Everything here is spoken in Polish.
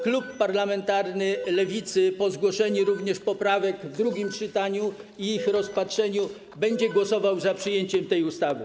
Klub parlamentarny Lewicy po zgłoszeniu poprawek w drugim czytaniu i ich rozpatrzeniu będzie głosował za przyjęciem tej ustawy.